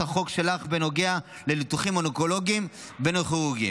החוק שלך בנוגע לניתוחים אונקולוגיים ונוירוכירורגיים,